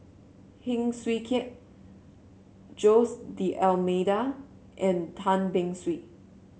Heng Swee Keat Jose D'Almeida and Tan Beng Swee